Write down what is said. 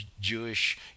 Jewish